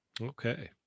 Okay